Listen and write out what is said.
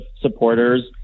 supporters